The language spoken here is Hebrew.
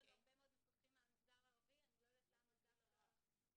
יש לנו הרבה מאוד מפקחים מהמגזר הערבי ואני לא יודעת למה בחרו דווקא בה.